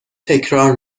تکرار